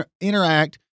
interact